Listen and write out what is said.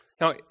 Now